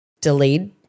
delayed